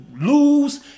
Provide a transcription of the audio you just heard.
lose